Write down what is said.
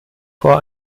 vor